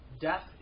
Death